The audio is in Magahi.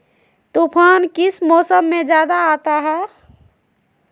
तूफ़ान किस मौसम में ज्यादा आता है?